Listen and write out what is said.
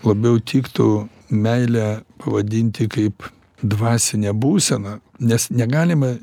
labiau tiktų meilę pavadinti kaip dvasinę būseną nes negalima